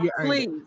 please